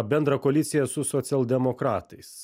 bendrą koaliciją su socialdemokratais